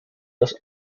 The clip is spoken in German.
das